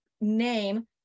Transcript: name